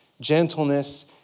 gentleness